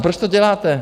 Proč to děláte.